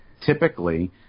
typically